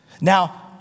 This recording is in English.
Now